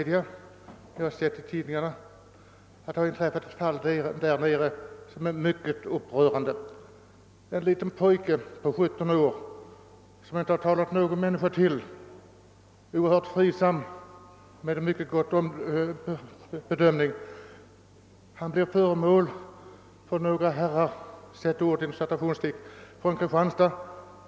Vi har hört i radio och TV och läst i tidningarna om ett mycket upprörande fall. En pojke på 17 år, som inte gjort någon människa förnär, en oerhört fridsam pojke med mycket gott omdöme, kom i vägen för några »herrar» från Kristianstad.